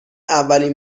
اولین